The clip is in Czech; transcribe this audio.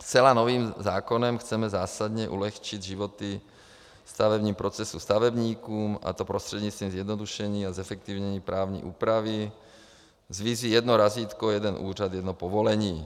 Zcela novým zákonem chceme zásadně ulehčit životy ve stavebním procesu stavebníkům, a to prostřednictvím zjednodušení a zefektivnění právní úpravy s vizí jedno razítko jeden úřad jedno povolení.